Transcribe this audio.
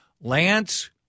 Lance